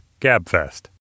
GABFEST